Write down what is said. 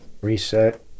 Reset